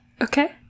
Okay